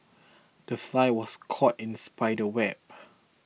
the fly was caught in the spider's web